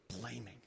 blaming